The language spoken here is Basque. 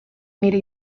nire